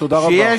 תודה רבה.